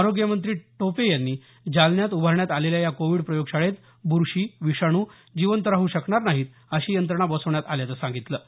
आरोग्यमंत्री टोपे यांनी जालन्यात उभारण्यात आलेल्या या कोविड प्रयोगशाळेत बुरशी विषाणू जिवंत राहू शकणार नाही अशी यंत्रणा बसविण्यात आलेली आहे